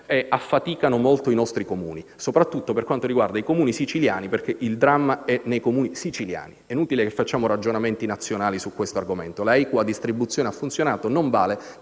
affaticano molto i nostri Comuni, soprattutto per quanto riguarda quelli siciliani. Il dramma, infatti, è nei Comuni siciliani, ed è inutile fare ragionamenti nazionali su questo argomento. La equa distribuzione ha funzionato, ma non vale